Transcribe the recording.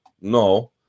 No